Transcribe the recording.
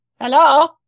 Hello